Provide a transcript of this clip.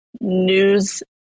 news